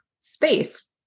space